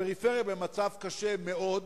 הפריפריה במצב קשה מאוד,